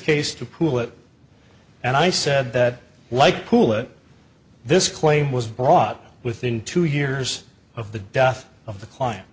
case to pool and i said that like cool it this claim was brought within two years of the death of the client